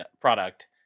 product